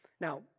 Now